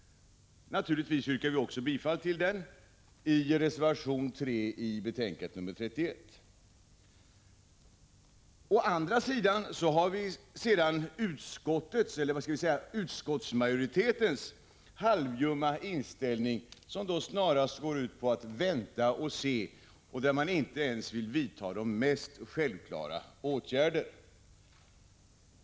Naturligtvis yrkar vi också bifall till den i reservation 3 i betänkande 31. Å andra sidan har vi utskottsmajoritetens halvljumma inställning, som snarast går ut på att vänta och se, där man inte ens vill vidta de mest självklara åtgärder.